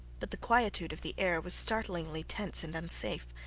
but the quietude of the air was startlingly tense and unsafe,